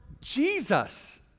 Jesus